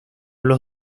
los